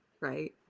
right